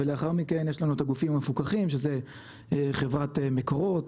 ולאחר מכן יש לנו את הגופים המפוקחים שזה חברת מקורות,